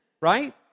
Right